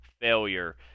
failure